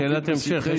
שאלת המשך.